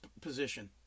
position